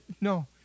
No